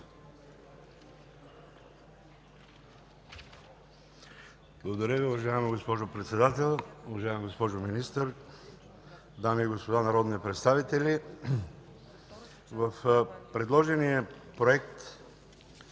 Благодаря Ви, уважаема госпожо Председател. Уважаема госпожо Министър, дами и господа народни представители! Относно предложения Проект